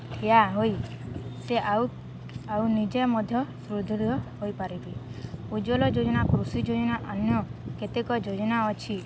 ଠିଆ ହୋଇ ସେ ଆଉ ଆଉ ନିଜେ ମଧ୍ୟ ସୁଦୃଢ଼ ହୋଇପାରିବେ ଉଜ୍ଜ୍ୱଳ ଯୋଜନା କୃଷି ଯୋଜନା ଅନ୍ୟ କେତେକ ଯୋଜନା ଅଛି